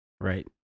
Right